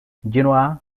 genoa